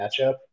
matchup